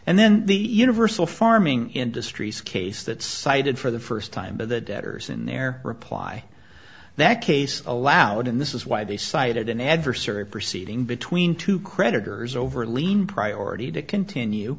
and then the universal farming industries case that cited for the first time by the debtors in their reply that case allowed in this is why they cited an adversary proceeding between two creditors over a lien priority to continue